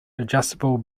adjustable